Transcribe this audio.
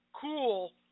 cool